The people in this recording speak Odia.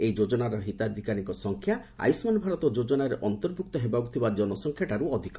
ଏହି ଯୋଜନାର ହିତାଧିକାରୀଙ୍କ ସଂଖ୍ୟା ଆୟୁଷ୍ମାନ ଭାରତ ଯୋଜନାରେ ଅନ୍ତର୍ଭୁକ୍ତ ହେବା ଜନସଂଖ୍ୟାଠାରୁ ଅଧିକ